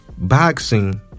boxing